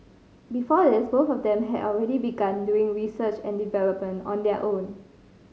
before this both of them had already begun doing research and development on their own